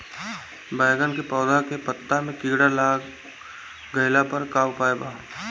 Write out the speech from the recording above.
बैगन के पौधा के पत्ता मे कीड़ा लाग गैला पर का उपाय बा?